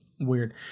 weird